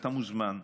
ואתה מוזמן,